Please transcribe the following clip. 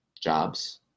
jobs